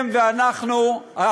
אתם ואנחנו, יש כאן גם כאלה.